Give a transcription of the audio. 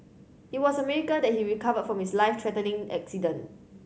it was a miracle that he recovered from his life threatening accident